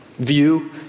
view